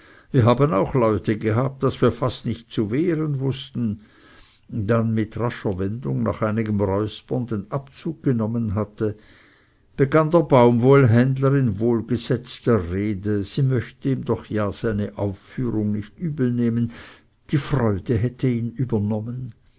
wir haben auch leute gehabt daß wir fast nicht zu wehren wußten dann mit rascher wendung nach einigem räuspern den abzug genommen hatte begann der baumwollenhändler in wohlgesetzter rede sie möchte ihm doch ja seine aufführung nicht übel nehmen die freude hätte ihn übernommen